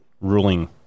ruling